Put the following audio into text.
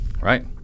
Right